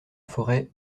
forêt